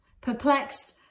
Perplexed